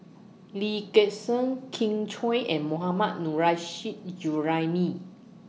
Lee Gek Seng Kin Chui and Mohammad Nurrasyid Juraimi